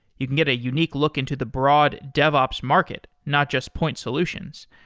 you can get a unique look into the broad devops market, not just point solutions.